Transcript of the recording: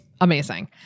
amazing